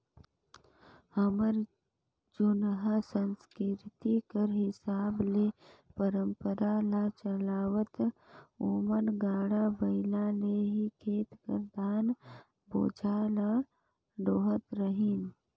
हमर जुनहा संसकिरती कर हिसाब ले परंपरा ल चलावत ओमन गाड़ा बइला ले ही खेत कर धान बोझा ल डोहत रहिन